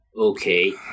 okay